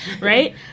right